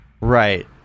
Right